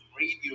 radio